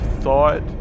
thought